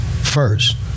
first